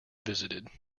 visited